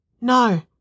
No